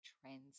trends